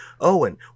Owen